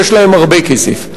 ויש להם הרבה כסף.